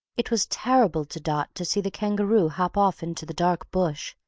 it was terrible to dot to see the kangaroo hop off into the dark bush,